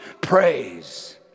praise